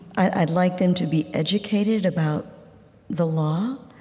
i'd like them to be educated about the law,